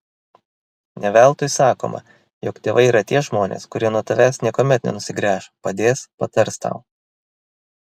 ne veltui sakoma jog tėvai yra tie žmonės kurie nuo tavęs niekuomet nenusigręš padės patars tau